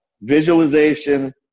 visualization